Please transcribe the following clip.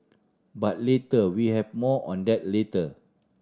but later we have more on that later